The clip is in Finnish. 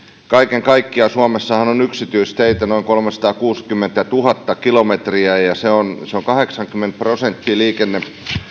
kaiken kaikkiaan suomessahan on yksityisteitä noin kolmesataakuusikymmentätuhatta kilometriä ja ja se on se on kahdeksankymmentä prosenttia